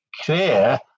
clear